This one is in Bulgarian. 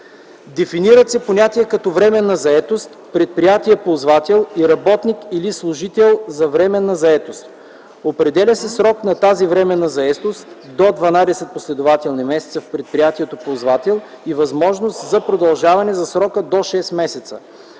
Дефинират се понятия като „временна заетост”, „предприятие-ползвател” и „работник или служител за временна заетост”. Определя се срокът на тази временна заетост – до 12 последователни месеца в предприятието - ползвател и възможност за продължаване за срок до 6 месеца.